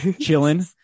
chilling